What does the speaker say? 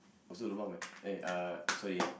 also lobang [what] eh uh so ya